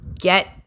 get